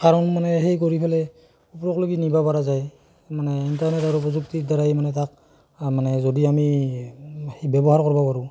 কাৰণ মানে সেই কৰি পেলাই ওপৰলৈকে নিব পাৰা যায় মানে ইণ্টাৰনেট আৰু প্ৰযুক্তিৰ দ্বাৰাই তাক মানে যদি আমি ব্যৱহাৰ কৰিব পাৰোঁ